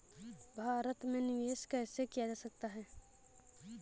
भारत में निवेश कैसे किया जा सकता है?